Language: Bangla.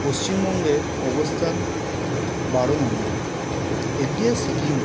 পশ্চিমবঙ্গের অবস্থান বারো নম্বরে এগিয়ে সিকিমও